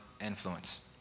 influence